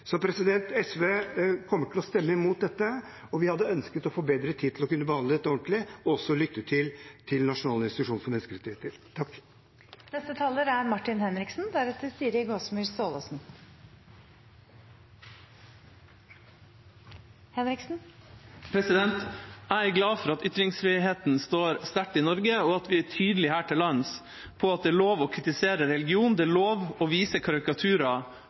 SV kommer til å stemme imot dette, og vi hadde ønsket å få bedre tid til å kunne behandle dette ordentlig og også lytte til Norges nasjonale institusjon for menneskerettigheter. Jeg er glad for at ytringsfriheten står sterkt i Norge, og at vi er tydelige her til lands på at det er lov til å kritisere religion, det er lov å vise karikaturer